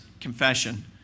confession